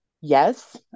Yes